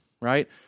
right